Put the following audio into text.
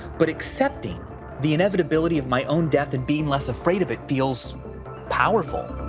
but accepting the inevitability of my own death and being less afraid of it feels powerful,